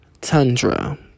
tundra